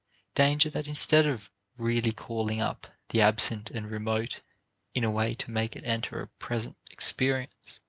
danger that instead of really calling up the absent and remote in a way to make it enter a present experience,